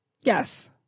Yes